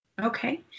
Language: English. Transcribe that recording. Okay